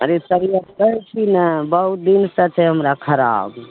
अरे तबियत कहय छी ने बहुत दिनसँ छै हमरा खराब